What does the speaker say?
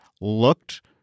looked